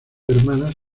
hermanas